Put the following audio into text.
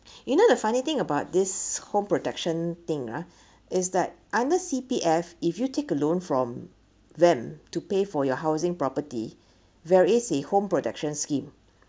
you know the funny thing about this home protection thing ah is like under C_P_F if you take a loan from them to pay for your housing property there is a home protection scheme